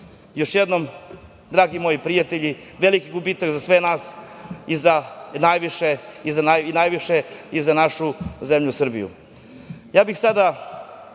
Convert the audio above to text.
jednom, dragi moji prijatelji, veliki gubitak za sve nas, a najviše za našu zemlju Srbiju. Sada